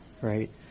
right